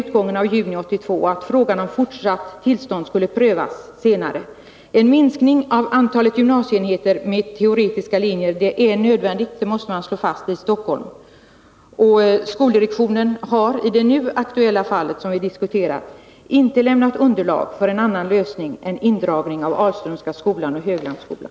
utgången av juni 1982 och att frågan om fortsatt tillstånd skulle prövas senare. En minskning av antalet gymnasieenheter med teoretiska linjer i Stockholm är nödvändig, det måste man slå fast. Skoldirektionen har i det fall vi nu diskuterar inte lämnat underlag för en annan lösning än en indragning av Ahlströmska skolan och Höglandsskolan.